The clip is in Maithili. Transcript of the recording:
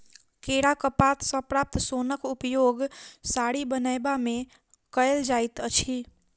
केराक पात सॅ प्राप्त सोनक उपयोग साड़ी बनयबा मे कयल जाइत अछि